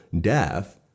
death